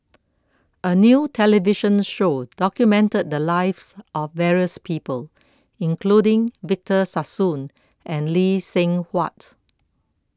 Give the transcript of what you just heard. a new television show documented the lives of various people including Victor Sassoon and Lee Seng Huat